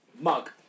Mug